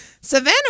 Savannah